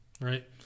Right